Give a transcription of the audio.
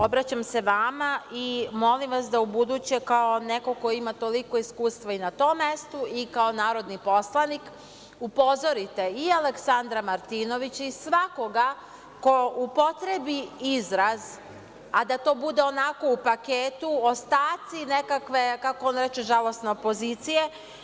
Obraćam se vama i molim vas da ubuduće, kao neko ko ima toliko iskustva i na tom mestu i kao narodni poslanik, upozorite i Aleksandra Martinovića i svakoga ko upotrebi izraz, a da to bude onako u paketu, ostaci nekakve, kako on reče, žalosne opozicije.